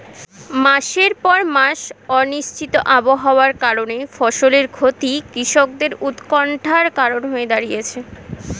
মাসের পর মাস অনিশ্চিত আবহাওয়ার কারণে ফসলের ক্ষতি কৃষকদের উৎকন্ঠার কারণ হয়ে দাঁড়িয়েছে